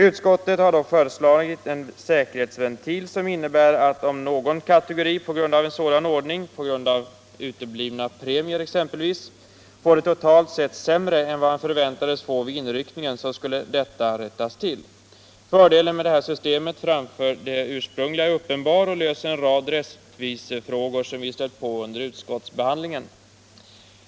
Utskottet har dock föreslagit en säkerhetsventil, som innebär att om någon kategori genom en sådan ordning — t.ex. på grund av uteblivna premier — får det totalt sett sämre än vad han förväntades få vid inryckningen, så skulle detta kunna rättas till. Fördelen med detta system framför det ursprungliga är uppenbar. Det löser en rad rättvisefrågor som vi stött på under utskottsbehandlingen.